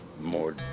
more